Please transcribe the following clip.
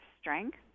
strength